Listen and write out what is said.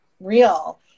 Real